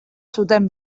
zuten